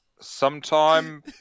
sometime